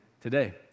today